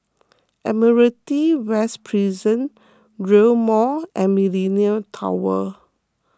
Admiralty West Prison Rail Mall and Millenia Tower